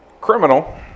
criminal